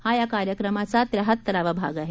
हा या कार्यक्रमाचा त्र्याहत्तरावा भाग आहे